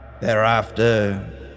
thereafter